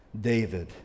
David